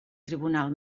tribunal